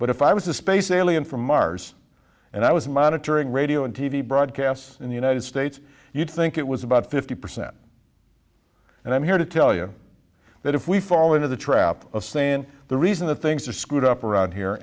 but if i was a space alien from mars and i was monitoring radio and t v broadcasts in the united states you'd think it was about fifty percent and i'm here to tell you that if we fall into the trap of saying the reason that things are screwed up around here